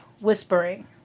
whispering